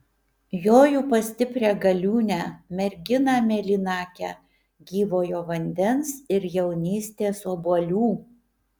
joju pas stiprią galiūnę merginą mėlynakę gyvojo vandens ir jaunystės obuolių